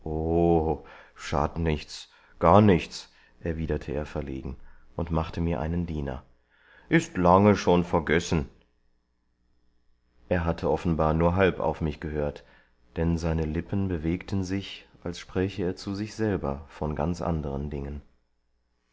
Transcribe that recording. schad't nichts gar nichts erwiderte er verlegen und machte mir einen diener ist lange schon vergessen er hatte offenbar nur halb auf mich gehört denn seine lippen bewegten sich als spräche er zu sich selber von ganz anderen dingen